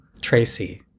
Tracy